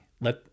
let